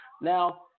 Now